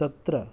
तत्र